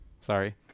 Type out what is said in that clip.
sorry